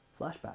flashback